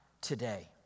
today